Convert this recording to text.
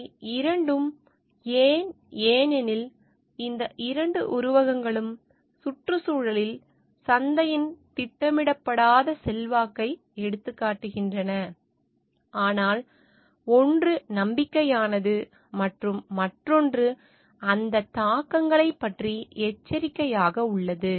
இவை இரண்டும் ஏன் ஏனெனில் இந்த இரண்டு உருவகங்களும் சுற்றுச்சூழலில் சந்தையின் திட்டமிடப்படாத செல்வாக்கை எடுத்துக்காட்டுகின்றன ஆனால் ஒன்று நம்பிக்கையானது மற்றும் மற்றொன்று அந்த தாக்கங்களைப் பற்றி எச்சரிக்கையாக உள்ளது